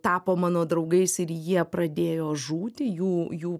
tapo mano draugais ir jie pradėjo žūti jų jų